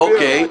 אוקיי.